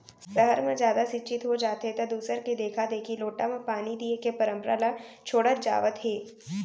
सहर म जादा सिक्छित हो जाथें त दूसर के देखा देखी लोटा म पानी दिये के परंपरा ल छोड़त जावत हें